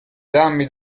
dammi